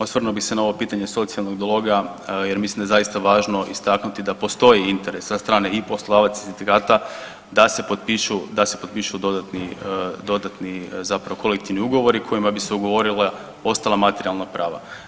Osvrnuo bih se na ovo pitanje socijalnog dijaloga jer mislim da je zaista važno istaknuti da postoji interes sa strane i poslodavac i ... da se potpišu dodatni zapravo kolektivni ugovori kojima bi se ugovorila ostala materijalna prava.